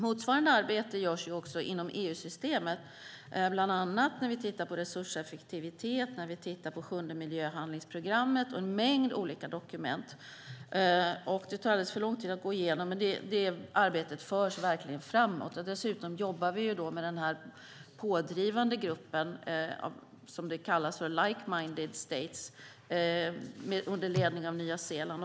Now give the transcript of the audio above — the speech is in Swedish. Motsvarande arbete görs också inom EU-systemet, bland annat när vi tittar på resurseffektivitet, på sjunde miljöhandlingsprogrammet och på en mängd olika dokument. Det tar alldeles för lång tid att gå igenom allt, men det arbetet förs verkligen framåt. Dessutom jobbar vi med den pådrivande gruppen av likeminded states, som det kallas, under ledning av Nya Zeeland.